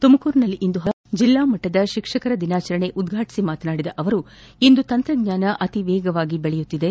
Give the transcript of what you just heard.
ತುಮಕೂರಿನಲ್ಲಿಂದು ಹಮ್ಮಿಕೊಂಡಿದ್ದ ಜಿಲ್ಲಾ ಮಟ್ಟದ ಶಿಕ್ಷಕರ ದಿನಾಚರಣೆ ಉದ್ಘಾಟಿಸಿ ಮಾತನಾಡಿದ ಅವರು ಇಂದು ತಂತ್ರಜ್ಞಾನ ಅತಿ ವೇಗವಾಗಿ ಬೆಳೆಯುತ್ತಿದೆ